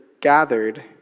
gathered